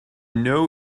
know